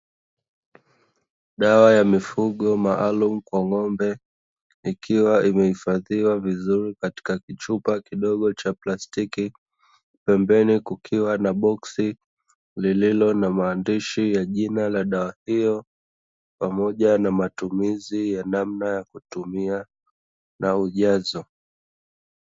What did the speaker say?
Dawa ya mifugo maalumu kwa ng'ombe ikiwa imehifadhiwa vizuri katika kichupa kidogo cha plastiki, pembeni kukiwa na boksi lililo na maandishi ya jina la dawa hiyo, pamoja na matumizi ya namna ya kuitumia, na ujazo.